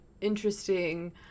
interesting